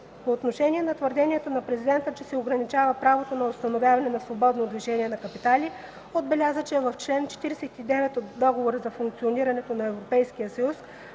По отношение на твърдението на Президента, че се ограничава правото на установяване и на свободното движение на капитали отбеляза, че в чл. 49 от Договора за функционирането на Европейския съюз